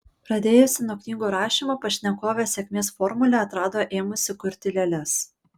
pradėjusi nuo knygų rašymo pašnekovė sėkmės formulę atrado ėmusi kurti lėles